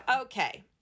Okay